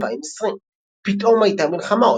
2020 פתאום הייתה מלחמה,